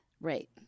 Right